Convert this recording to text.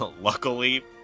Luckily